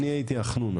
ואני הייתי החנון,